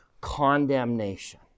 condemnation